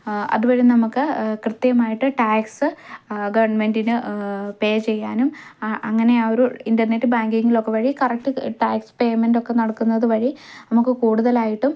അതുവരെ നമുക്ക് കൃത്യമായിട്ട് ടാക്സ് ഗവൺമെൻ്റിന് പേ ചെയ്യാനും അങ്ങനെ ഒരു ഇന്റർനെറ്റ് ബാങ്കിംഗ് ഒക്കെ വഴി കറക്റ്റ് ടാക്സ് പെയ്മെൻറ് നടക്കുന്നതു വഴി നമുക്ക് കൂടുതലായിട്ടും